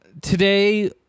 today